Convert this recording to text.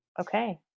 Okay